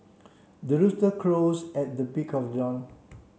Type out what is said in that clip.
the rooster crows at the break of dawn